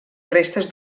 restes